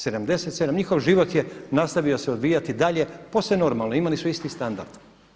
77, njihov život je nastavio se odvijati dalje posve normalno, imali su isti standard.